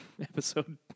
episode